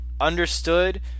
understood